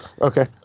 Okay